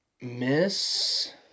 Miss